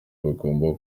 bagomba